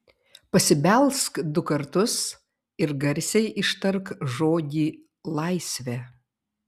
pasibelsk du kartus ir garsiai ištark žodį laisvė